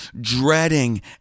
dreading